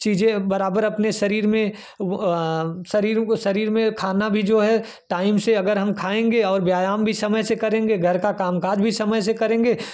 चीज़ें बराबर अपने शरीर में वह शरीर को शरीर में खाना भी जो है टाइम से अगर हम खाएँगे और व्यायाम भी समय से करेंगे घर का कामकाज भी समय से करेंगे